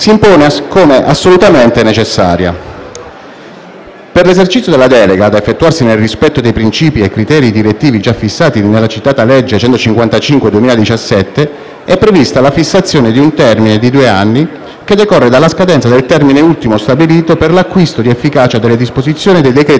Per l'esercizio della delega, da effettuarsi nel rispetto dei princìpi e dei criteri direttivi già fissati nella citata legge n. 155 del 2017, è prevista la fissazione di un termine di due anni, che decorre dalla scadenza del termine ultimo stabilito per l'acquisto di efficacia delle disposizioni dei decreti legislativi emanati nell'esercizio della delega principale.